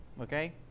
okay